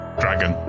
dragon